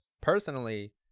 Personally